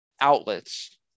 outlets